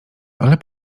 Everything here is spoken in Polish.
ale